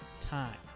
Time